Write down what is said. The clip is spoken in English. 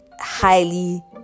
highly